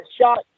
shot